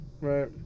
Right